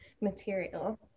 material